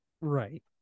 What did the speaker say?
right